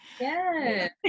Yes